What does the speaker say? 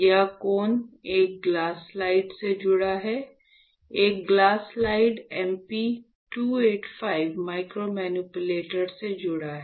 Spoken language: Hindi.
यह कोन एक ग्लास स्लाइड से जुड़ा है यह ग्लास स्लाइड MP 285 माइक्रोमैनिपुलेटर से जुड़ा है